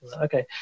Okay